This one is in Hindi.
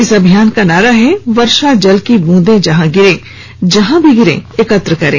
इस अभियान का नारा है वर्षा जल की बूंदे जहां गिरे जब भी गिरे एकत्र करें